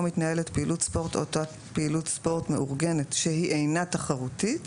מתנהלת פעילות ספורט או תת פעילות ספורט מאורגנת שהיא אינה תחרותית,